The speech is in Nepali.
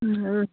उम्